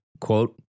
quote